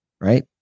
right